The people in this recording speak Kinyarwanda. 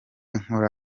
nkora